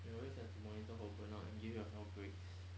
you always have to monitor for burnout and give yourself breaks